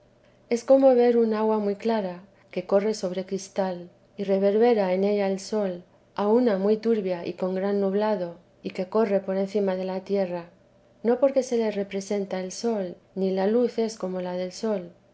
es como ver un agua muy clara que corre sobre cristal y reverbera en ella el sol a una muy turbia y con gran nublado y que corre por encima de la tierra no porque se le representa el sol ni la luz es como la del sol